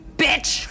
bitch